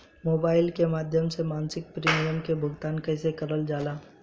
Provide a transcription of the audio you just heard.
Mobile के माध्यम से मासिक प्रीमियम के भुगतान कैसे कइल जाला?